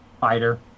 Fighter